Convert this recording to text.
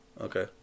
Okay